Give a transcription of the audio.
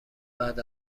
بعد